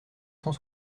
cent